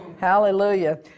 Hallelujah